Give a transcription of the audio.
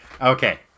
Okay